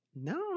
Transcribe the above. No